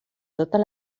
totes